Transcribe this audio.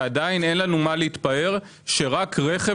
10:49) ועדיין אין לנו מה להתפאר שרק רכב